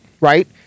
right